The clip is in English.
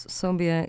sobie